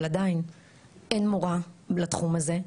אבל עדיין אין מורה לתחום הזה.